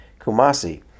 Kumasi